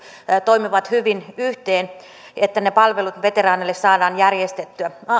toimivat hyvin yhteen että ne palvelut veteraaneille saadaan järjestettyä